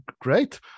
great